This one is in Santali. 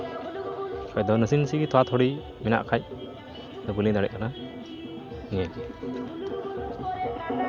ᱟᱫᱚ ᱱᱟᱥᱮ ᱱᱟᱥᱮᱜᱮ ᱛᱷᱚᱲᱟᱛᱷᱚᱲᱤ ᱢᱮᱱᱟᱜ ᱠᱷᱟᱡ ᱤᱧᱫᱚ ᱵᱟᱹᱧ ᱞᱟᱹᱭ ᱫᱟᱲᱮᱭᱟᱜ ᱠᱟᱱᱟ ᱡᱮ